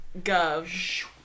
Gov